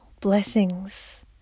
blessings